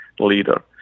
leader